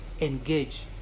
engage